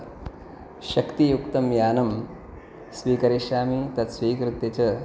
शक्तियुक्तं यानं स्वीकरिष्यामि तत् स्वीकृत्य च